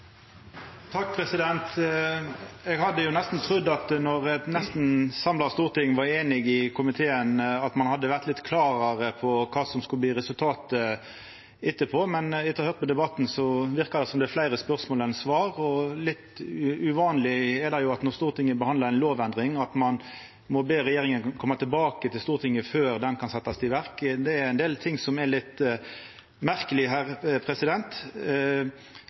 Eg hadde trudd når eit nesten samla storting var einig – òg komiteen – at ein hadde vore litt klarare på kva som skulle verta resultatet etterpå, men etter å ha høyrt på debatten verkar det som om det er fleire spørsmål enn svar. Det er jo litt uvanleg når Stortinget behandlar ei lovendring, at ein må be regjeringa koma tilbake til Stortinget før ho kan setjast i verk. Det er ein del ting som er litt merkeleg her.